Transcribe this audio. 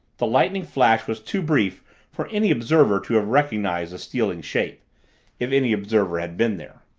the lightning flash was too brief for any observer to have recognized the stealing shape if any observer had been there.